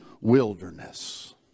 wilderness